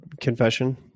confession